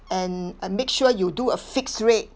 and and make sure you do a fixed rate